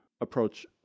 approach